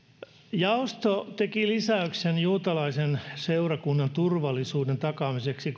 jaosto teki helsingin juutalaisen seurakunnan turvallisuuden takaamiseksi